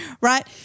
right